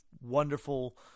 wonderful